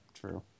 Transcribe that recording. true